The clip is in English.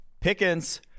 Pickens